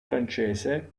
francese